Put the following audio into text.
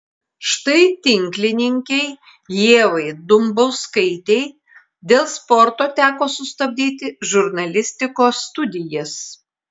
štai tinklininkei ievai dumbauskaitei dėl sporto teko sustabdyti žurnalistikos studijas